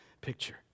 picture